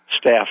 staff